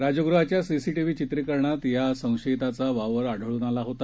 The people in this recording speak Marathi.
राजग़हाच्या सीसीटीव्ही चित्रीकरणात या संशयिताचा वावर आढळून आला होता